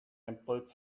employed